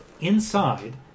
inside